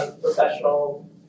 professional